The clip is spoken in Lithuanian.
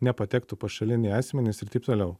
nepatektų pašaliniai asmenys ir taip toliau